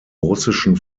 russischen